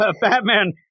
Batman